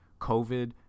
COVID